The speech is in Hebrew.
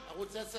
ערוץ-10,